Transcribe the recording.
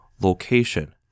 location